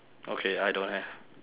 okay I don't have